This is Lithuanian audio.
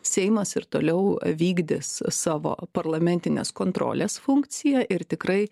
seimas ir toliau vykdys savo parlamentinės kontrolės funkciją ir tikrai